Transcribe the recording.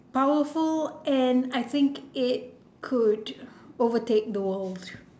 powerful and I think it could overtake the world